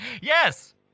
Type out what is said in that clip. Yes